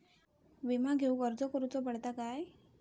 विमा घेउक अर्ज करुचो पडता काय?